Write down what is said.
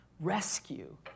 Rescue